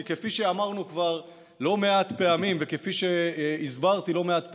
כי כפי שאמרנו כבר לא מעט פעמים וכפי שהסברתי לא מעט פעמים,